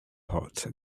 pot